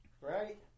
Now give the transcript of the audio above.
Right